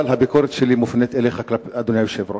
אבל הביקורת שלי מופנית אליך, אדוני היושב-ראש: